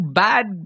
bad